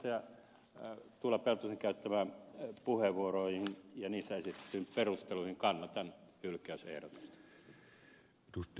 tuula peltosen käyttämiin puheenvuoroihin ja niissä esitettyihin perusteluihin kannatan hylkäysehdotusta